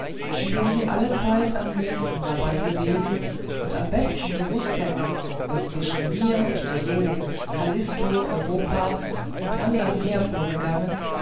indem sie allezeit am nächsten darbei gewesen und am besten gewußt hätten was zwischen mir und der jo kallisto europa und andern mehr vorgangen